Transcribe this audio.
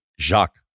Jacques